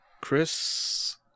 Chris